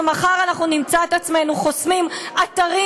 שמחר אנחנו נמצא את עצמנו חוסמים אתרים